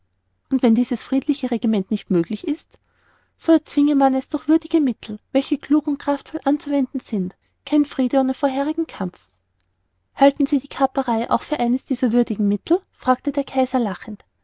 und wenn dieses friedliche regiment nicht möglich ist so erzwinge man es durch würdige mittel welche klug und kraftvoll anzuwenden sind kein friede ohne vorherigen kampf halten sie die kaperei auch für eines dieser würdigen mittel fragte der kaiser lächelnd